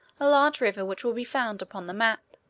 a large river which will be found upon the map,